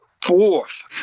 fourth